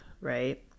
right